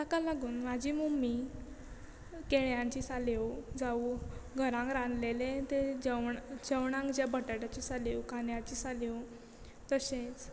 ताका लागून म्हाजी मम्मी केळ्यांची साल्यो जावूं घरांक रांदलेले ते जेवण जेवणाक जे बटाटाची साल्यो कांद्याच्यो साल्यो तशेंच